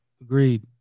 Agreed